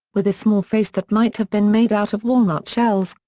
with a small face that might have been made out of walnut shells,